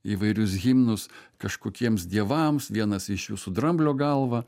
įvairius himnus kažkokiems dievams vienas iš jų su dramblio galva